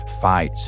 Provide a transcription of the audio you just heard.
fight